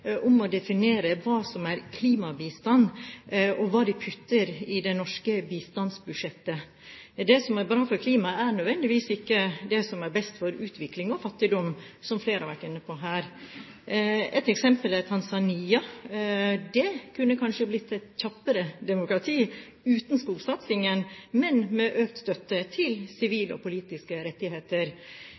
hva en putter i det norske bistandsbudsjettet. Det som er bra for klimaet, er nødvendigvis ikke det som er best for utvikling og fattigdom, som flere har vært inne på her. Et eksempel er Tanzania. Der kunne det kanskje kjappere blitt et demokrati, uten skogsatsingen, men med økt støtte til sivile og politiske rettigheter.